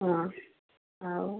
ହଁ ଆଉ